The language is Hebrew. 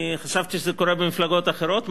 חשבתי שזה קורה במפלגות אחרות,